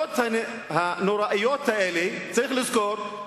המדינות הנוראיות האלה, צריך לזכור,